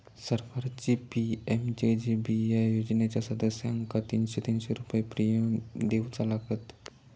सरकारची पी.एम.जे.जे.बी.आय योजनेच्या सदस्यांका तीनशे तीनशे रुपये प्रिमियम देऊचा लागात